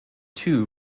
two